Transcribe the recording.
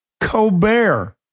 Colbert